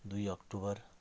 दुई अक्टुबर